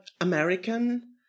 American